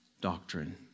doctrine